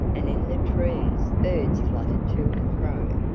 and in the trees birds fluttered to and fro.